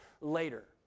later